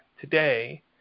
today